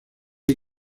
hay